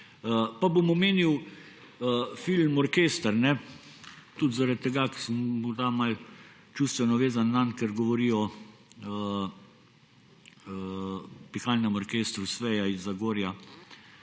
pa bom omenil film Orkester. Tudi zaradi tega, ker sem morda malo čustveno navezan nanj, ker govori o Pihalnem orkestru SVEA iz Zagorja,